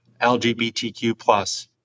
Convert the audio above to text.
LGBTQ